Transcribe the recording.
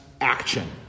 action